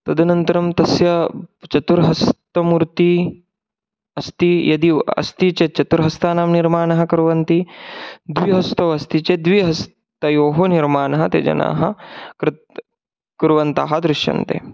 तदनन्तरं तस्य चतुर्हस्तमूर्तिः अस्ति यदि अस्ति चेत् चतुर्हस्तानां निर्माणं कुर्वन्ति द्विहस्तौ अस्ति चेत् द्विहस्तयोः निर्माणं ते जनाः कृत् कुर्वन्तः दृश्यन्ते